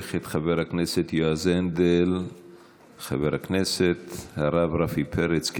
יברך את חבר הכנסת יועז הנדל חבר הכנסת הרב רפי פרץ,